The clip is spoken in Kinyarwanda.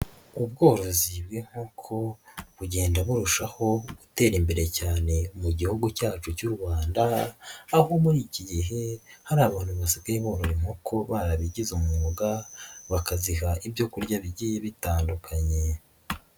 Ubworozi bw'inkoko bugenda burushaho gutera imbere cyane mu Gihugu cyacu cy'u Rwanda, aho muri iki gihe hari abantu basigaye borora inkoko barabigize umwuga bakaziha ibyo kurya bigiye bitandukanye.